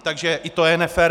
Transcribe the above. Takže i to je nefér.